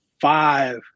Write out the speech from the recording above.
five